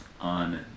on